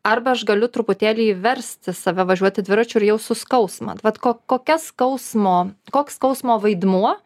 arba aš galiu truputėlį versti save važiuoti dviračiu ir jausiu skausmą vat ko kokia skausmo koks skausmo vaidmuo